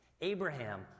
Abraham